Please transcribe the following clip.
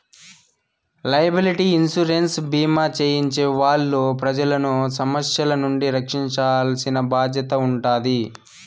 liability insurance భీమా చేయించే వాళ్ళు ప్రజలను సమస్యల నుండి రక్షించాల్సిన బాధ్యత ఉంటాది